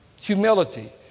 Humility